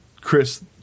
Chris